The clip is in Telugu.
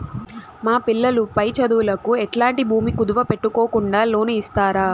మా పిల్లలు పై చదువులకు ఎట్లాంటి భూమి కుదువు పెట్టుకోకుండా లోను ఇస్తారా